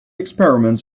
experiments